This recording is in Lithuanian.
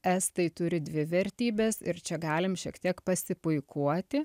estai turi dvi vertybes ir čia galim šiek tiek pasipuikuoti